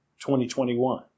2021